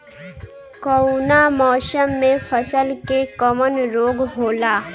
कवना मौसम मे फसल के कवन रोग होला?